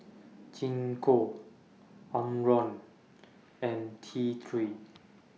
Gingko Omron and T three